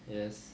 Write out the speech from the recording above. yes